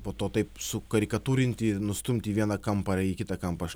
po to taip sukarikatūrinti ir nustumti į vieną kampą ar į kitą kampą aš